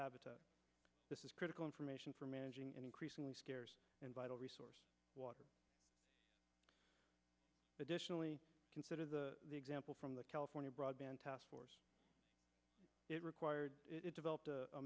habitat this is critical information for managing an increasingly scarce and vital resource additionally consider the example from the california broadband taskforce it required it developed